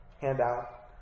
handout